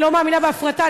אני לא מאמינה בהפרטה,